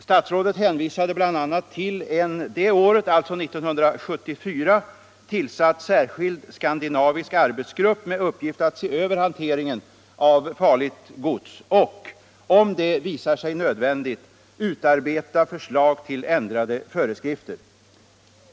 Statsrådet hänvisade bl.a. till en det året, alltså 1974, tillsatt särskild skandinavisk arbetsgrupp med uppgift att se över hanteringen av farligt gods och, om det visar sig nödvändigt, utarbeta förslag till ändrade föreskrifter.